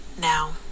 now